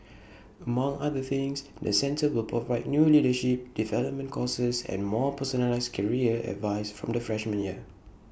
among other things the centre will provide new leadership development courses and more personalised career advice from the freshman year